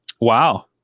Wow